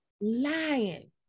Lying